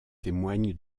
témoigne